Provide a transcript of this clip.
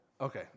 Okay